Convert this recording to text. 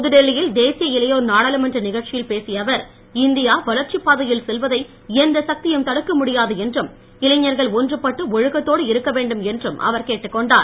புதுடெல்லியில் தேசிய இளையோர் நாடாளுமன்ற நிகழ்ச்சியில் பேசிய அவர் இந்தியா வளர்ச்சிப்பாதையில் செல்வதை எந்த சக்தியும் தடுக்க முடியாது என்றும் இளைஞர்கள் ஒன்றுபட்டு ஒழுக்கத்தோடு இருக்கவேண்டும் என்றும் அவர் கேட்டுக்கொண்டார்